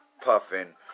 puffing